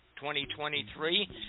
2023